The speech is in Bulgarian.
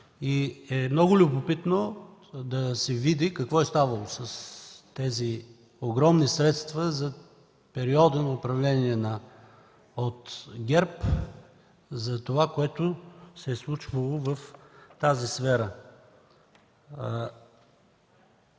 Много е любопитно да се види какво е ставало с тези огромни средства за периода на управление на ГЕРБ за това, което се е случвало в тази сфера.